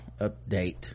update